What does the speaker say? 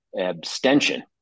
abstention